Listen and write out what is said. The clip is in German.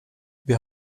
wir